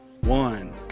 one